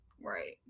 Right